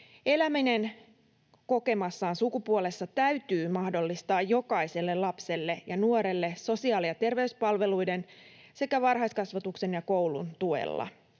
Eläminen kokemassaan sukupuolessa täytyy mahdollistaa jokaiselle lapselle ja nuorelle sosiaali- ja terveyspalveluiden sekä varhaiskasvatuksen ja koulun tuella.